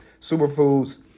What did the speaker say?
superfoods